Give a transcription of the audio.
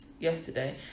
yesterday